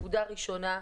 נקודה ראשונה,